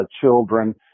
children